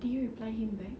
did you reply him back